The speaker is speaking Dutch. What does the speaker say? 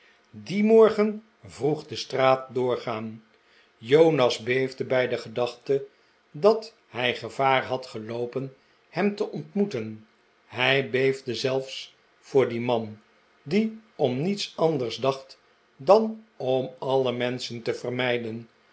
dien morgen vroeg de straat doorgaan jonas beefde bij de gedachte dat hij gevaar had geloopen hem te ontmoeten hij beefde zelfs voor dien man die om niets anders daeht dan om alle menschen te vermijden